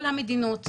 כל המדינות,